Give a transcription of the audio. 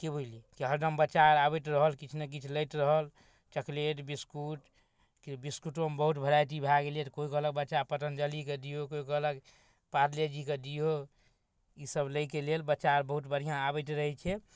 कि बुझलिए कि हरदम बच्चा आओर आबैत रहल किछु नहि किछु लैत रहल चॉकलेट बिसकुट बिसकुटोमे बहुत वेराइटी भऽ गेलै कोइ कहलक बच्चा पतञ्जलिके दिऔ कोइ कहलक पारलेजीके दिऔ ईसब लैके लेल बच्चा आओर बहुत बढ़िआँ आबैत रहै छै